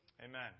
Amen